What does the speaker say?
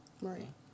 right